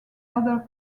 other